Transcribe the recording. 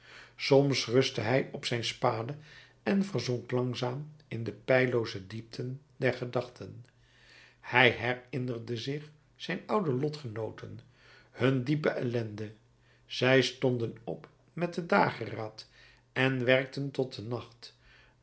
soms rustte hij op zijn spade en verzonk langzaam in de peillooze diepten der gedachten hij herinnerde zich zijn oude lotgenooten hun diepe ellende zij stonden op met den dageraad en werkten tot den nacht